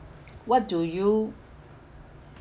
what do you